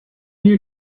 you